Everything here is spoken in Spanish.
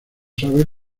sabe